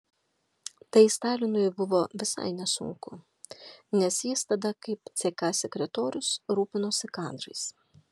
tai stalinui buvo visai nesunku nes jis tada kaip ck sekretorius rūpinosi kadrais